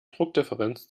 druckdifferenz